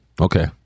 Okay